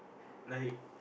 like